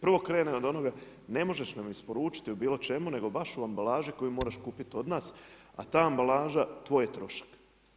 Prvo krene od onoga ne možeš nam isporučiti u bilo čemu, nego baš u ambalaži koju moraš kupiti odnosno nas, ta ambalaža tvoj je trošak.